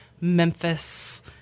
Memphis